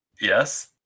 yes